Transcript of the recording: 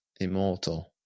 immortal